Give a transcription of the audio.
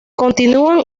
continúan